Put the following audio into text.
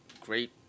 great